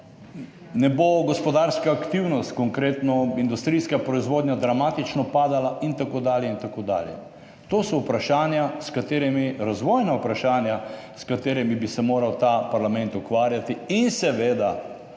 ne bo gospodarska aktivnost, konkretno industrijska proizvodnja dramatično padala, itd., itd. To so vprašanja s katerimi, razvojna vprašanja s katerimi bi se moral ta parlament ukvarjati in seveda